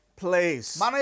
place